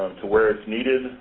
to where it's needed.